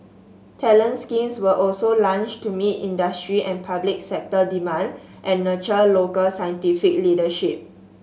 talent schemes were also launched to meet industry and public sector demand and nurture local scientific leadership